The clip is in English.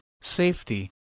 safety